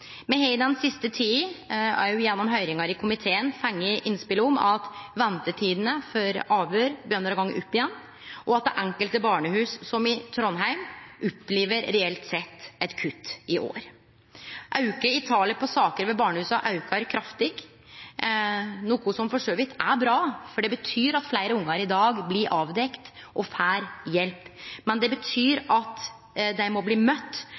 Me har i den siste tida – også gjennom høyringar i komiteen – fått innspel om at ventetidene for avhøyr begynner å gå opp att, og at enkelte barnehus, som t.d. i Trondheim, opplever reelt sett eit kutt i år. Talet på saker ved barnehusa aukar kraftig, noko som for så vidt er bra, for det betyr at sakene for fleire ungar i dag blir avdekte, og at dei får hjelp. Men det betyr at dei må bli